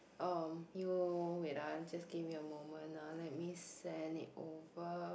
oh you wait ah just give me a moment ah let me send it over